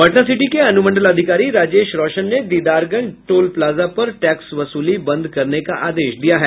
पटनासिटी के अनुमंडलाधिकारी राजेश रौशन ने दीदारगंज टोल प्लाजा पर टैक्स वसूली को बंद करने का आदेश दिया है